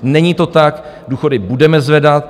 Není to tak, důchody budeme zvedat.